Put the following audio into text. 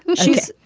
she's.